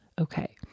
Okay